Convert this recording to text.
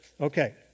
Okay